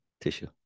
tissue